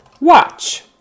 watch